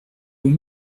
vaut